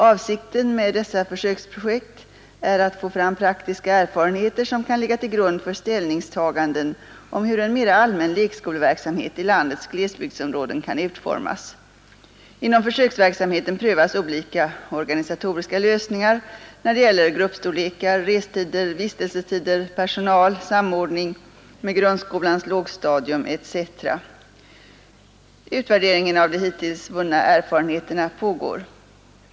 Avsikten med dessa försöksprojekt är att få fram praktiska erfarenheter som kan ligga till grund för ställningstaganden om hur en mera allmän lekskoleverksamhet i landets glesbygdsområden kan utformas. Inom försöksverksamheten prövas olika organisatoriska lösningar när det gäller gruppstorlekar, restider, vistelsetider, personal, samordning med grundskolans lågstadium etc. Utvärderingen av de hittills vunna erfarenheterna pågår.